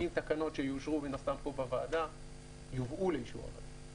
עם תקנות שיובאו לאישור הוועדה,